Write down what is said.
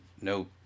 No